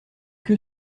que